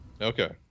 Okay